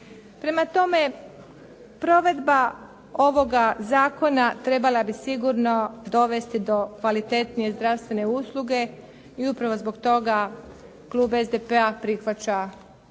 Prema tome, provedba ovoga zakona trebala bi sigurno dovesti do kvalitetnije zdravstvene usluge i upravo zbog toga klub SDP-a prihvaća